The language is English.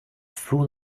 full